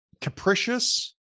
capricious